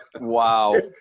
Wow